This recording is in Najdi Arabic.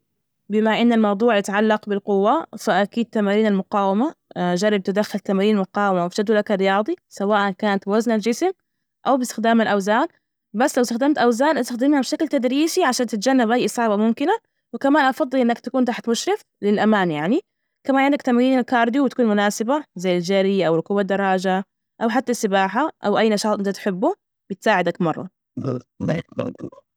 بما أن الموضوع يتعلق بالقوة، فأكيد تمارين المقاومة. جرب تدخل تمارين المقاومة، بجدولك الرياضي، سواء كانت وزن الجسم أو باستخدام الأوزان، بس لو استخدمت أوزان، أستخدمها بشكل تدريسي عشان تتجنب أي إصابة ممكنة، وكمان أفضل إنك تكون تحت مشرف للأمان، يعني كمان عندك تمرين الكارديو، وتكون مناسبة زي الجري أو القوة الدراجة، أو حتى السباحة، أو أي نشاط أنت تحبه بتساعدك مرة.